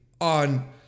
on